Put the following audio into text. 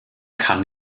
kann